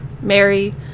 Mary